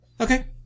Okay